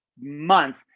month